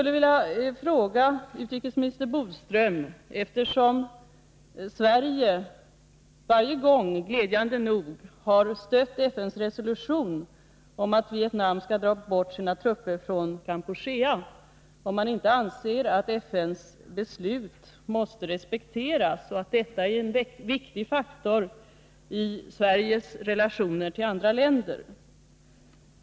Eftersom Sverige glädjande nog varje gång har stött FN:s resolution om att Vietnam skall dra bort sina trupper från Kampuchea, vill jag fråga utrikesminister Bodström om han inte anser att FN:s beslut måste respekteras och att detta är en viktig faktor i Sveriges relationer till andra länder.